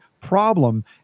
problem